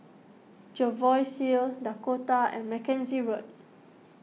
Jervois Hill Dakota and Mackenzie Road